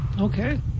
okay